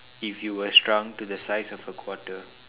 if you were shrunk to the size of a quarter